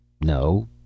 No